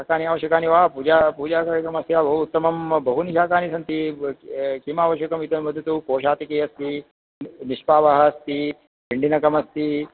शाकानि आवश्यकानि वा पूजा पूजार्थंं अस्ति वा बहु उत्तमं बहूनि शाकानि सन्ति किम् आवश्यकम् इति वदतु कोषातिकी अस्ति निष्पापः अस्ति भिण्डीनकम् अस्ति